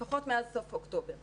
לפחות מאז סוף אוקטובר.